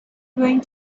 going